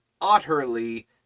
utterly